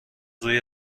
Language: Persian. روی